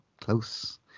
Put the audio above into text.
close